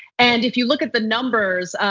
and if you look at the numbers,